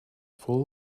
full